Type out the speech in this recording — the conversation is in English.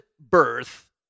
birth